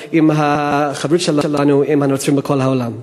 עם החברות שלנו עם הנוצרים בכל העולם.